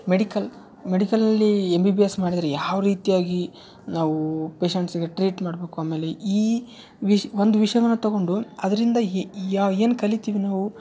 medical ಮೆಡಿಕಲಲ್ಲಿ M B B S ಮಾಡಿದ್ರೆ ಯಾವ ರೀತಿಯಾಗಿ ನಾವು ಪೇಷಂಟ್ಸಿಗೆ ಟ್ರೀಟ್ ಮಾಡಬೇಕು ಆಮೇಲೆ ಈ ವಿಷ್ ಒಂದು ವಿಷಯವನ್ನ ತಗೊಂಡು ಅದರಿಂದ ಎ ಯಾ ಏನು ಕಲಿತೀವಿ ನಾವು